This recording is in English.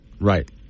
right